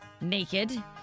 naked